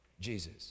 Jesus